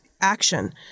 action